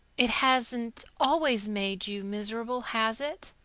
it hasn't always made you miserable, has it?